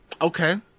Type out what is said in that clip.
okay